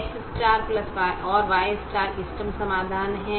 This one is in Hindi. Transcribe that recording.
X और Y इष्टतम समाधान हैं